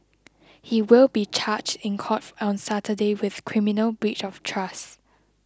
he will be charged in cough on Saturday with criminal breach of trust